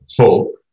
hope